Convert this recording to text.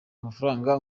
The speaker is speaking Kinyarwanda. amafaranga